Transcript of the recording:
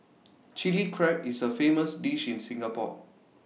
Chilli Crab is A famous dish in Singapore